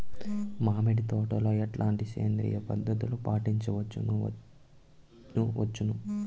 మామిడి తోటలో ఎట్లాంటి సేంద్రియ పద్ధతులు పాటించవచ్చును వచ్చును?